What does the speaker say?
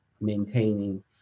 maintaining